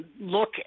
look